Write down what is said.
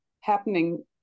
happening